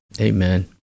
Amen